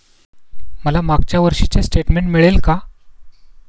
मला मागच्या वर्षीचे स्टेटमेंट मिळेल का?